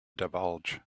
divulge